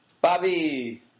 Bobby